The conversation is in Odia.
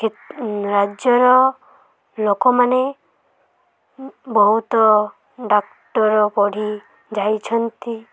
କେତେ ରାଜ୍ୟର ଲୋକମାନେ ବହୁତ ଡାକ୍ତର ପଢ଼ି ଯାଇଛନ୍ତି